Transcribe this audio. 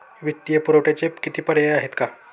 वित्तीय पुरवठ्याचे किती पर्याय आहेत का?